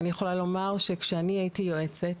אני יכולה לומר כשאני הייתי יועצת,